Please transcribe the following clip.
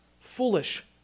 foolish